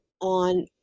on